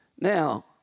Now